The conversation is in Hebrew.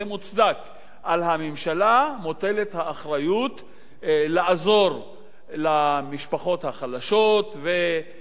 על הממשלה מוטלת האחריות לעזור למשפחות החלשות ולגרום